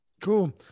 Cool